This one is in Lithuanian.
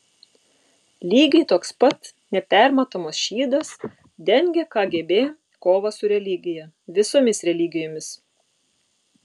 lygiai toks pat nepermatomas šydas dengia kgb kovą su religija visomis religijomis